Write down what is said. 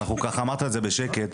אמרת את זה בשקט,